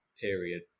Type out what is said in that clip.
period